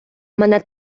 мене